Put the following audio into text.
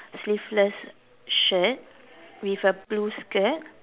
sleeveless shirt with a blue skirt